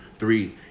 Three